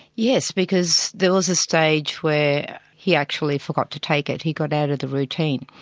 yes, because there was a stage where he actually forgot to take it, he got out of the routine.